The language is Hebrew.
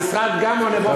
המשרד גם עונה באופן רשמי,